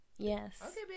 yes